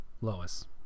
Lois